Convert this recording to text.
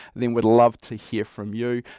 then we'd love to hear from you.